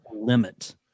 limit